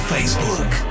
Facebook